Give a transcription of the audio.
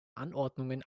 anordnungen